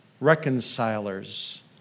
Reconcilers